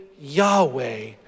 Yahweh